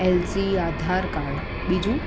LC Aadhaar card બીજું